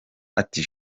ati